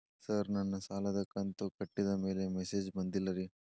sir ನನ್ನ ಸಾಲದ ಕಂತು ಕಟ್ಟಿದಮೇಲೆ ಮೆಸೇಜ್ ಬಂದಿಲ್ಲ ರೇ